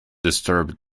disturb